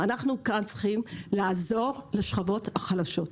אנחנו כאן צריכים לעזור לשכבות החלשות.